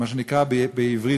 מה שנקרא בעברית,